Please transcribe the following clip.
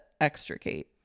extricate